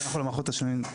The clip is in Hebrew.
יותר נכון מערכות תשלומים.